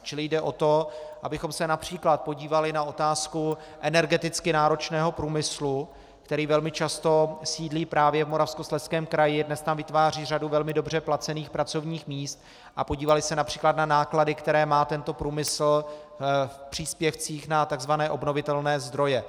Čili jde o to, abychom se například podívali na otázku energeticky náročného průmyslu, který velmi často sídlí právě v Moravskoslezském kraji a dnes tam vytváří řadu velmi dobře placených pracovních míst, a podívali se třeba na náklady, které má tento průmysl v příspěvcích na takzvané obnovitelné zdroje.